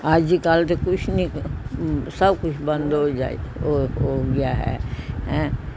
ਅੱਜ ਕੱਲ੍ਹ ਤਾਂ ਕੁਛ ਨਹੀਂ ਸਭ ਕੁਛ ਬੰਦ ਹੋ ਜਾਏ ਹੋ ਹੋ ਗਿਆ ਹੈ ਹੈਂ